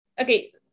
okay